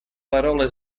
parole